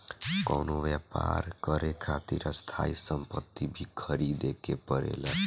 कवनो व्यापर करे खातिर स्थायी सम्पति भी ख़रीदे के पड़ेला